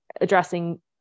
addressing